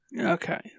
Okay